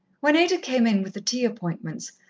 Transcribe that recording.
when ada came in with the tea appointments,